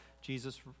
Jesus